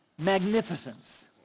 Magnificence